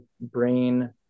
brain